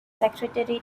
secretary